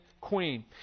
queen